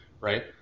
right